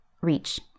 Reach